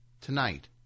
tonight